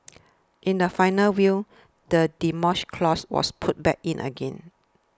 in the final will the Demolition Clause was put back in again